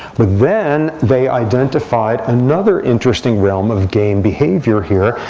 but then they identified another interesting realm of game behavior here,